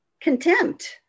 contempt